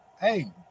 Hey